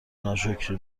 ناشکری